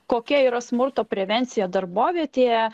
kokia yra smurto prevencija darbovietėje